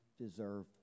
deserve